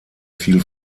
viel